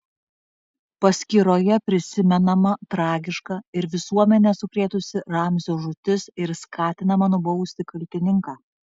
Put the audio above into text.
paskyroje prisimenama tragiška ir visuomenę sukrėtusi ramzio žūtis ir skatinama nubausti kaltininką